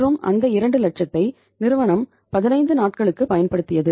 மற்றும் அந்த 2 லட்சத்தை நிறுவனம் 15 நாட்களுக்கு பயன்படுத்தியது